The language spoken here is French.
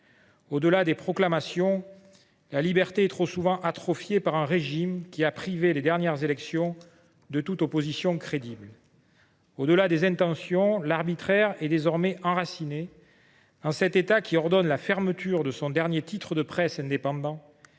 Au delà des proclamations, la liberté est trop souvent atrophiée par un régime qui a privé les dernières élections de toute opposition crédible. Au delà des intentions, l’arbitraire est désormais enraciné dans cet État, qui ordonne la fermeture de son dernier titre de presse indépendant,